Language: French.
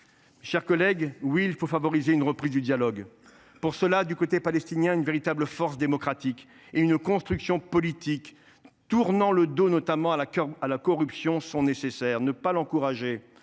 de leur combat. Oui, il faut favoriser une reprise du dialogue. Pour cela, du côté palestinien, une véritable force démocratique et une construction politique tournant le dos notamment à la corruption sont nécessaires. Ne pas encourager